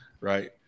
right